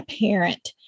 parent